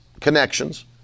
connections